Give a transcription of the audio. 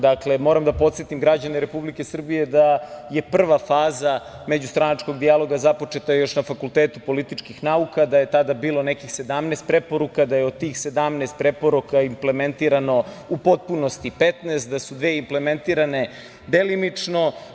Dakle, moram da podsetim građane Republike Srbije da je prva faza međustranačkog dijaloga započeta još na fakultetu političkih nauka, da je tada bilo nekih 17 preporuka, da je od tih 17 preporuka implementirano u potpunosti 15, da su dve implementirane delimično.